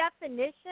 definition